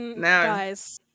guys